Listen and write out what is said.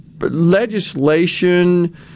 legislation